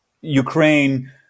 Ukraine